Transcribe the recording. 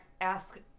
ask